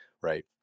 right